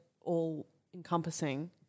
all-encompassing